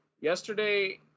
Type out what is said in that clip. yesterday